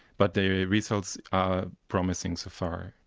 but the results are promising so far,